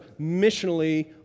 missionally